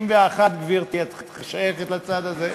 61, גברתי, את שייכת לצד הזה.